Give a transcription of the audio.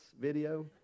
video